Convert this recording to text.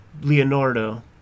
Leonardo